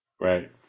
Right